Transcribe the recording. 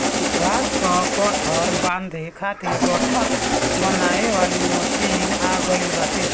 घाँस कअ गट्ठर बांधे खातिर गट्ठर बनावे वाली मशीन आ गइल बाटे